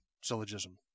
syllogism